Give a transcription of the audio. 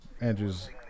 Andrew's